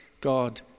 God